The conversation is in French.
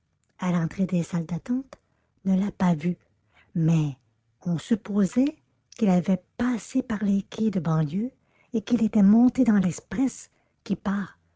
à l'entrée des salles d'attente ne l'a pas vu mais on supposait qu'il avait passé par les quais de banlieue et qu'il était monté dans l'express qui part